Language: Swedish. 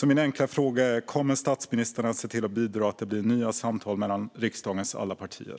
Min enkla fråga är: Kommer statsministern att bidra till att det blir nya samtal mellan riksdagens alla partier?